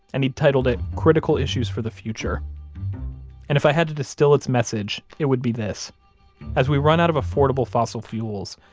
and he'd titled it critical issues for the future and if i had to distill its message it would be this as we run out of affordable fossil fuels,